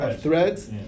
threads